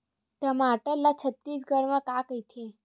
टमाटर ला छत्तीसगढ़ी मा का कइथे?